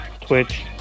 Twitch